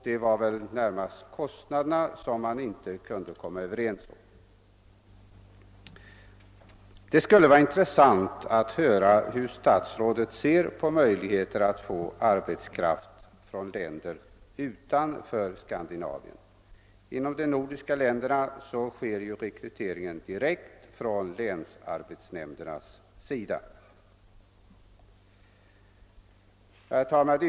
Det var väl närmast kostnaderna som parterna inte kunde komma överens om. Det vore intressant att höra hur statsrådet ser på möjligheterna att få arbetskraft från länder utanför Skandinavien. Inom de nordiska länderna sker ju rekryteringen direkt genom länsarbetsnämnderna. Herr talman!